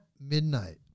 midnight